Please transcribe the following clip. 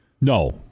No